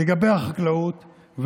לגבי החקלאות,